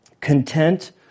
content